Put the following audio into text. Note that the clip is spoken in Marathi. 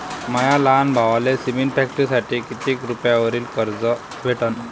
माया लहान भावाले सिमेंट फॅक्टरीसाठी कितीक रुपयावरी कर्ज भेटनं?